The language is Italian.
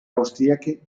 austriache